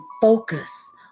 focus